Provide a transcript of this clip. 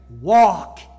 walk